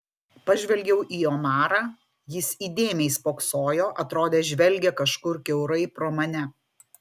pažvelgiau į omarą jis įdėmiai spoksojo atrodė žvelgia kažkur kiaurai pro mane